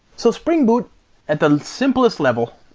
so spring boot at the simplest level,